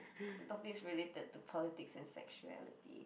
topics related to politics and sexuality